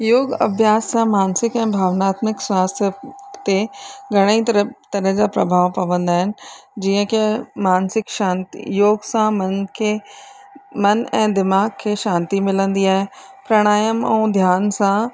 योग अभ्यास सां मानसिक ऐं भावनात्मिक स्वास्थ्य ते घणाई तर तरह जा प्रभाव पवंदा आहिनि जीअं की मानसिक शांती योग सां मन खे मन ऐं दिमाग़ खे शांती मिलंदी आहे प्रणायाम ऐं ध्यान सां